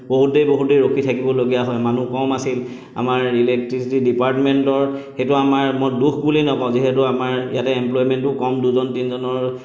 বহুত দেৰি বহুত দেৰি ৰখি থাকিবলগীয়া হয় মানুহ কম আছিল আমাৰ ইলেক্ট্ৰিচিটি ডিপাৰ্টমেণ্টৰ সেইটো আমাৰ মই দোষ বুলি নকওঁ যিহেতু আমাৰ ইয়াতে এম্প্লয়মেণ্টো কম দুজন তিনিজনৰ